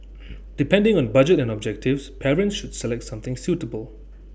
depending on budget and objectives parents should select something suitable